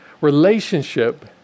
Relationship